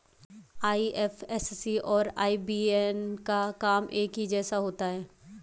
IFSC और IBAN का काम एक जैसा ही होता है